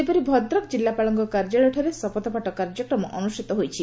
ସେହିପରି ଭଦ୍ରକ ଜିଲ୍ଲାପାଳଙ୍କ କାର୍ଯ୍ୟାଳୟଠାରେ ଶପଥପାଠ କାର୍ଯ୍ୟକ୍ରମ ଅନୁଷ୍ଷିତ ହୋଇଛି